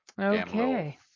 Okay